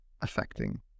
affecting